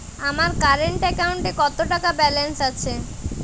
আমার কারেন্ট অ্যাকাউন্টে কত টাকা ব্যালেন্স আছে?